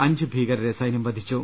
അഞ്ച് ഭീക രരെ സൈന്യം വധിച്ചു